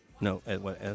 No